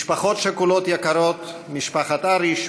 משפחות שכולות יקרות: משפחת אריש,